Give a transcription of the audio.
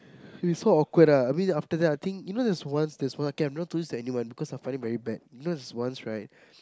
it is so awkward ah I mean after that I think you know there's once there's once okay I've not told this to anyone because I find it very bad you know there's once right